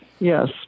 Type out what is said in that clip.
Yes